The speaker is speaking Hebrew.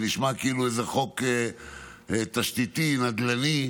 זה נשמע כאילו זה איזה חוק תשתיתי, נדל"ני,